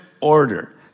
order